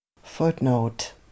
footnote